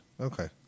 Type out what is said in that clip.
Okay